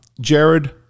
Jared